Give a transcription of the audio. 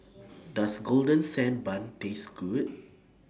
Does Golden Sand Bun Taste Good